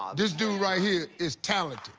this dude right here is talented.